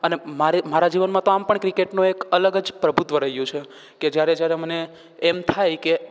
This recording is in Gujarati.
અને મારે મારા જીવનમાં તો આમ પણ ક્રિકેટનો એક અલગ જ પ્રભુત્વ રહ્યું છે કે જ્યારે જ્યારે મને એમ થાય કે